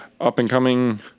up-and-coming